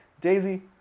Daisy